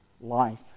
life